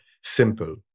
simple